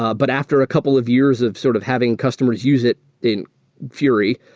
ah but after a couple of years of sort of having customers use it in fury,